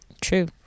true